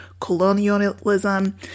colonialism